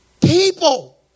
people